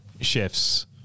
chefs